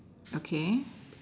okay